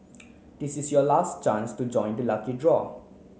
this is your last chance to join the lucky draw